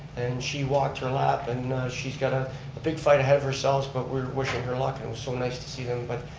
and she walked her lap, and she's got a big fight ahead of herself, but we're wishing her luck and so nice to see them. but,